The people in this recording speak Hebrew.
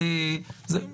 אם הוחלט בסוף שלא להפעיל,